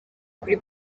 kuri